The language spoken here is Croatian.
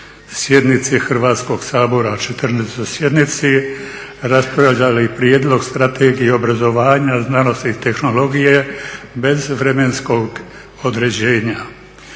sjednici Hrvatskog sabora u 14.sjednici raspravljali Prijedlog Strategije obrazovanja, znanosti i tehnologije bez vremenskog određenja.